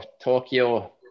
Tokyo